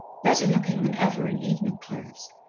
better-looking than ever in evening clothes,